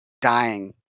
dying